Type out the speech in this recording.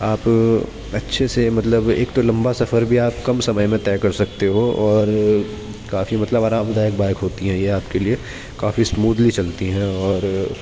آپ اچھے سے مطلب ایک تو لمبا سفر بھی آپ کم سمئے میں طے کر سکتے ہو اور کافی مطلب آرام دائک بائیک ہوتی ہیں یہ آپ کے لیے کافی اسمودلی چلتی ہیں اور